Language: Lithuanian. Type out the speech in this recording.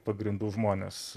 pagrindų žmonės